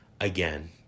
again